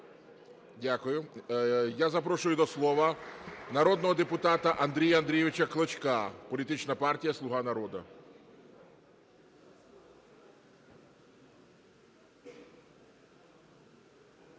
Дякую. Я запрошую до слова народного депутата Андрія Андрійовича Клочка, політична партія "Слуга народу".